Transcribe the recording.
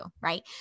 right